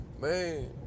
man